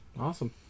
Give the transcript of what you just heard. awesome